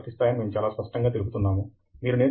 ఇది నిజమా కాదా అనే ప్రాపంచిక సత్యం కోసం లోతైన అన్వేషణ